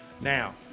Now